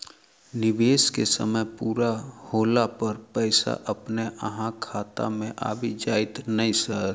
निवेश केँ समय पूरा होला पर पैसा अपने अहाँ खाता मे आबि जाइत नै सर?